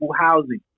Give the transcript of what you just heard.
housing